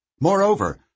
Moreover